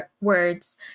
words